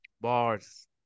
Bars